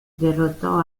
derrotó